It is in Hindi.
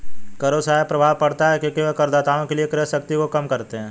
करों से आय प्रभाव पड़ता है क्योंकि वे करदाताओं के लिए क्रय शक्ति को कम करते हैं